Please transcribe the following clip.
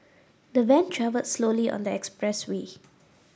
the van travelled slowly on the expressway